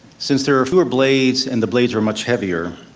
since there are fewer blades and the blades are much heavier,